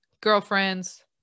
girlfriends